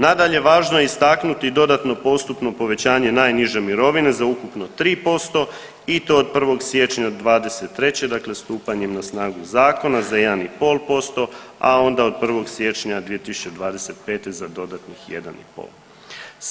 Nadalje, važno je istaknuti dodatno postupno povećanje najniže mirovine za ukupno 3% i to od 1. siječnja '23., dakle stupanjem na snagu zakona za 1,5%, a onda od 1. siječnja 2025. za dodatnih 1,5.